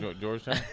Georgetown